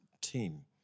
team